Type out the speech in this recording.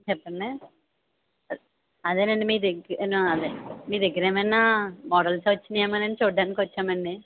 చెప్పండీ అదేనండి మీ దగ్గి నా అదే మీ దగ్గరేమన్నా మోడల్స్ వచ్చినాయేమోనని చూడడానికొచ్చామండీ